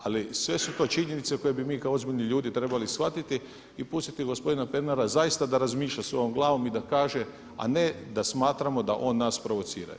Ali sve su to činjenice koje bi mi kao ozbiljni ljudi trebali shvatiti i pustiti gospodina Pernara zaista da razmišlja svojom glavom i da kaže a ne da smatramo da on nas provocira.